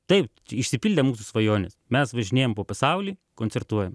taip išsipildė mūsų svajonės mes važinėjam po pasaulį koncertuojam